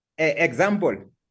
example